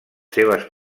seves